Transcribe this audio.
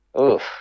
Oof